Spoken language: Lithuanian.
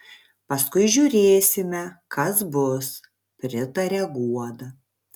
paskui žiūrėsime kas bus pritaria guoda